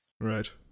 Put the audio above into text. Right